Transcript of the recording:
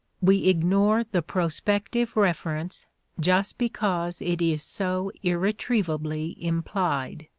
we ignore the prospective reference just because it is so irretrievably implied.